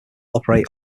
operate